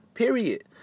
period